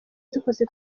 dukoze